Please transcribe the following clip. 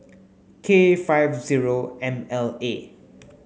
K five zero M L A